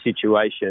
situation